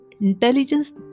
intelligence